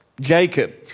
Jacob